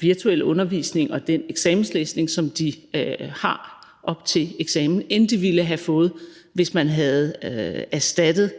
virtuelle undervisning og af den eksamenslæsning, som de har op til eksamen, end de ville have fået, hvis man havde erstattet